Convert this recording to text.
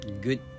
good